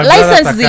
License